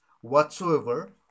whatsoever